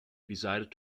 decided